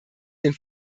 den